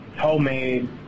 homemade